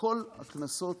שכל הכנסות